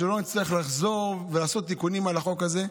שלא נצטרך לחזור ולעשות תיקונים על החוק הזה.